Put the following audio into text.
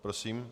Prosím.